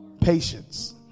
Patience